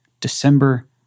December